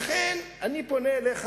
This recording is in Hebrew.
לכן אני פונה אליך,